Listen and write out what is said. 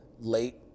late